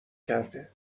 کرده